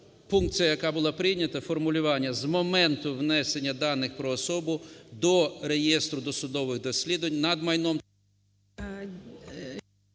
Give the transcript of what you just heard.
пункція, яка була прийнята, формулювання "з моменту внесення даних про особу до реєстру досудових досліджень над майном..."